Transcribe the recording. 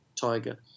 tiger